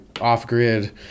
off-grid